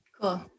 Cool